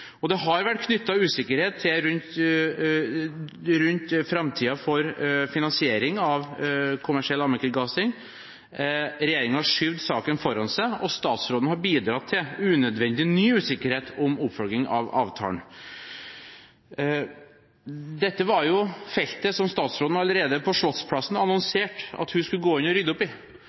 Det har vært knyttet usikkerhet til framtiden for finansiering av kommersiell allmennkringkasting. Regjeringen har skjøvet saken foran seg, og statsråden har bidratt til unødvendig ny usikkerhet om oppfølging av avtalen. Dette var jo feltet som statsråden allerede på Slottsplassen annonserte at hun skulle gå inn og rydde opp i.